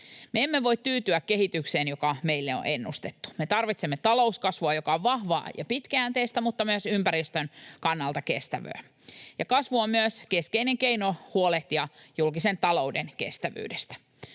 emme voi tyytyä kehitykseen, joka meille on ennustettu. Me tarvitsemme talouskasvua, joka on vahvaa ja pitkäjänteistä mutta myös ympäristön kannalta kestävää. Kasvu on myös keskeinen keino huolehtia julkisen talouden kestävyydestä.